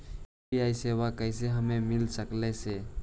UPI सेवाएं कैसे हमें मिल सकले से?